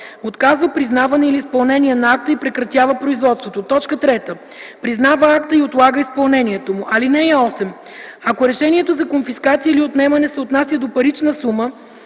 отказва признаване или изпълнение на акта и прекратява производството; 3. признава акта и отлага изпълнението му. (8) Ако решението за конфискация или отнемане се отнася до парична сума,